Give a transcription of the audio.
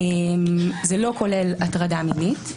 זה לא כולל הטרדה מינית.